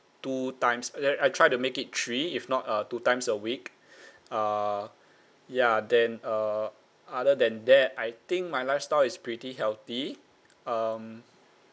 two times ugh I try to make it three if not uh two times a week uh ya then uh other than that I think my lifestyle is pretty healthy um